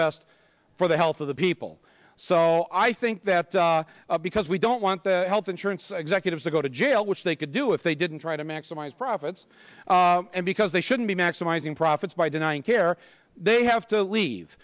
best for the health of the people so i think that because we don't want the health insurance executives to go to jail which they could do if they didn't try to maximize profits and because they shouldn't be maximizing profits by denying care they have to leave